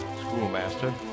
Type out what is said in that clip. schoolmaster